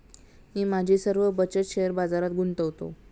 मी माझी सर्व बचत शेअर बाजारात गुंतवतो